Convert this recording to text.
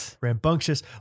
rambunctious